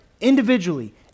individually